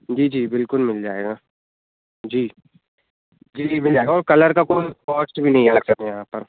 जी जी बिलकुल मिल जाएगा जी जी जी मिल जाएगा और कलर का कोई कॉस्ट भी नहीं यहाँ पर